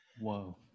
Whoa